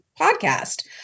podcast